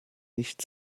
nicht